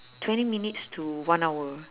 twenty minutes to one hour